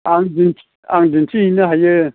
आं दिन्थि आं दिन्थिहैनो हायो